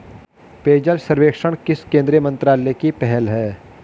पेयजल सर्वेक्षण किस केंद्रीय मंत्रालय की पहल है?